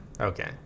Okay